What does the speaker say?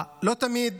לא תמיד